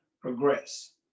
progress